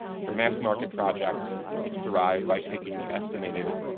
for mass market projects it's derived by taking the estimated